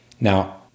Now